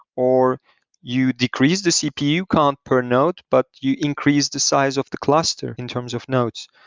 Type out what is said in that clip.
or you decreased the cpu count per node, but you increased the size of the cluster in terms of nodes.